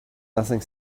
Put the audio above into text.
nothing